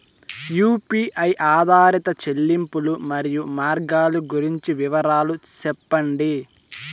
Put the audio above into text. UPI ఆధారిత చెల్లింపులు, మరియు మార్గాలు గురించి వివరాలు సెప్పండి?